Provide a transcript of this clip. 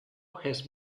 has